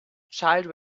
child